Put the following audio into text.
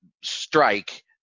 strike